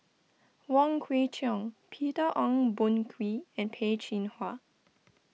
Wong Kwei Cheong Peter Ong Boon Kwee and Peh Chin Hua